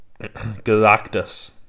Galactus